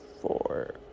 four